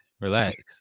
Relax